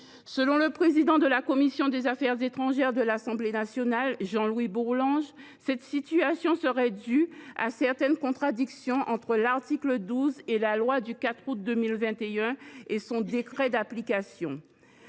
Bourlanges, président de la commission des affaires étrangères de l’Assemblée nationale, cette situation serait due à « certaines contradictions » entre l’article 12 de la loi du 4 août 2021 et son décret d’application.